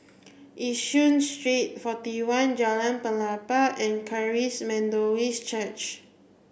Yishun Street forty one Jalan Pelepah and Charis Methodist Church